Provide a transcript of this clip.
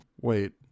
Wait